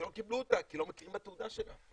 ולא קיבלו אותה כי לא מכירים בתעודה שלה.